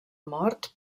mort